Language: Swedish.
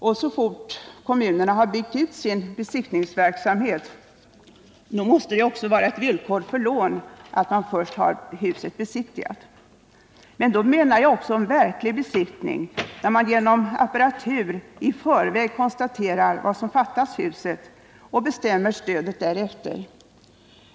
Så snart kommunerna har byggt ut sin besiktningsverksamhet, måste det också ställas som villkor för lån att ett hus är besiktigat. Jag menar då en verklig besiktning, vid vilken man med apparatur i förväg konstaterar vad som fattas huset och bestämmer stödet därefter.